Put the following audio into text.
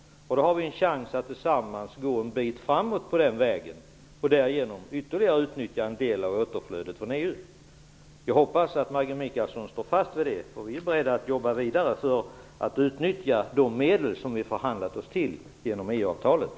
Då har vi en chans att tillsammans gå en bit framåt på den vägen och därigenom ytterligare utnyttja en del av återflödet från EU. Jag hoppas att Maggi Mikaelsson står fast vid det. Vi är beredda att jobba vidare för att utnyttja de medel som Sverige har förhandlat sig till genom EU